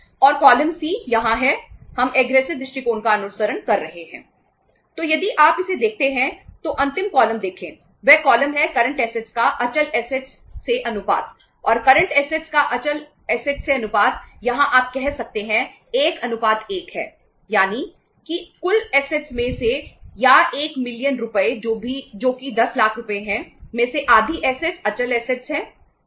और column C है